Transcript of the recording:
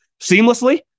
seamlessly